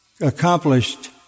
Accomplished